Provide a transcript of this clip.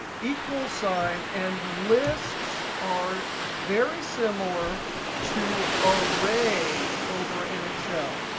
equals sign, and lists are very similar to arrays over in excel.